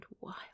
wild